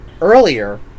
earlier